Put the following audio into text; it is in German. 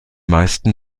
meisten